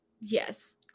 yes